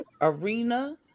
arena